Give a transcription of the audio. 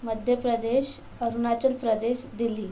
Madhya Pradesh Arunachal Pradesh Delhi